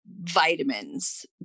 vitamins